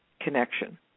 connection